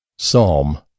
Psalm